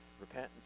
repentance